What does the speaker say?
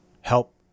help